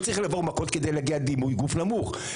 צריך לעבור מכות כדי להגיע לדימוי גוף נמוך.